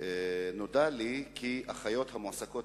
נודע לי כי אחיות המועסקות